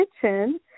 kitchen